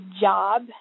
job